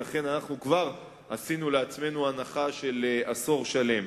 ולכן אנחנו כבר עשינו לעצמנו הנחה של עשור שלם.